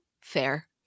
fair